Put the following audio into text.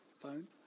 Phone